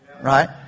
Right